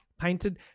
painted